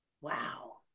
wow